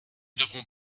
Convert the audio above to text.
devront